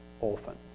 orphans